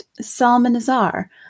Salmanazar